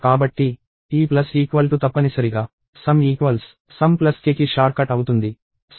కాబట్టి ఈ plus equal to తప్పనిసరిగా సమ్ సమ్ K కి షార్ట్కట్ అవుతుంది